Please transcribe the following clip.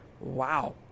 Wow